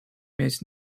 mieć